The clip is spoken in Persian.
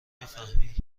میفهمی